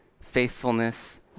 faithfulness